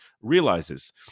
realizes